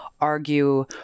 argue